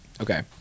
okay